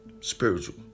Spiritual